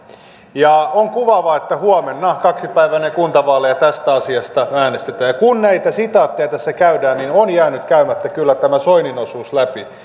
ja on kuvaavaa että huomenna kaksi päivää ennen kuntavaaleja tästä asiasta äänestetään ja kun näitä sitaatteja tässä käydään niin on jäänyt käymättä kyllä tämä soinin osuus läpi